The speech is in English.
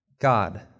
God